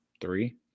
three